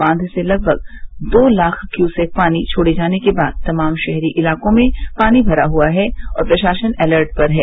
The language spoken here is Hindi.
बांध से लगभग दो लाख क्यूसेक पानी छोड़े जाने के बाद तमाम शहरी इलाकों में पानी भरा हुआ है और प्रशासन अलर्ट पर है